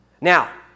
Now